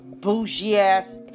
bougie-ass